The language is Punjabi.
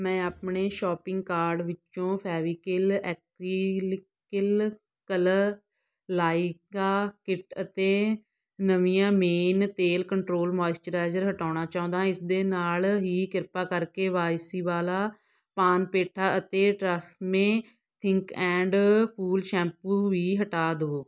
ਮੈਂ ਆਪਣੇ ਸ਼ੋਪਿੰਗ ਕਾਰਡ ਵਿੱਚੋਂ ਫੈਵੀਕਿੱਲ ਐਕਰੀਲਿ ਕਿੱਲ ਕਲਰ ਲਾਈਕਾ ਕਿੱਟ ਅਤੇ ਨਵੀਆਂ ਮੇਨ ਤੇਲ ਕੰਟਰੋਲ ਮੋਇਸਚਰਾਈਜ਼ਰ ਹਟਾਉਣਾ ਚਾਹੁੰਦਾ ਇਸ ਦੇ ਨਾਲ ਹੀ ਕਿਰਪਾ ਕਰਕੇ ਵਾਈਸੀਵਾਲਾ ਪਾਨ ਪੇਠਾ ਅਤੇ TRESemmé thick and full shampoo ਵੀ ਹਟਾ ਦੇਵੋ